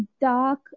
dark